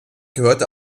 gehörte